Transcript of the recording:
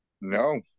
No